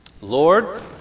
Lord